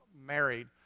married